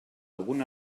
algun